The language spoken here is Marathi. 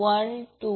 5j1